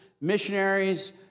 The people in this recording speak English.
missionaries